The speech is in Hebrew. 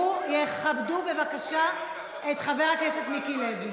יכבדו בבקשה את חבר הכנסת מיקי לוי.